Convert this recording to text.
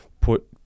put